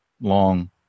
long